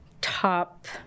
top